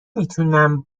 میتونم